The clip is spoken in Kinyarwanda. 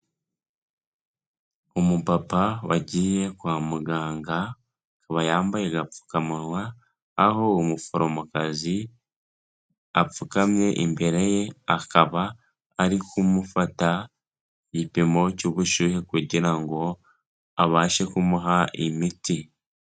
Umupapa wagiye kwa muganga, akaba yambaye agapfukamunwa, aho umuforomokazi apfukamye imbere ye, akaba arikumufata igipimo cy'ubushyuhe kugira ngo abashe kumuha imiti.